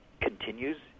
continues